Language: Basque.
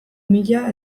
mila